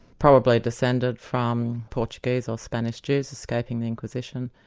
probably descended from portuguese or spanish jews escaping the inquisition.